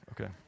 Okay